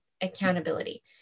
accountability